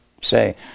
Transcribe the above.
Say